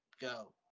Go